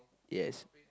yes